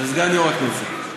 וסגן יו"ר הכנסת.